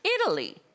Italy